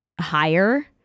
higher